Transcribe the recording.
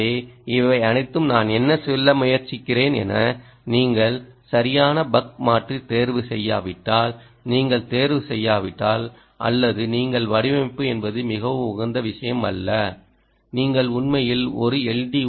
எனவே இவை அனைத்தும் நான் என்ன சொல்ல முயற்சிக்கிறேன் என்றால் நீங்கள் சரியான பக் மாற்றி தேர்வு செய்யாவிட்டால் நீங்கள் தேர்வு செய்யாவிட்டால் அல்லது நீங்கள் வடிவமைப்பு என்பது மிகவும் உகந்த விஷயம் அல்ல நீங்கள் உண்மையில் ஒரு எல்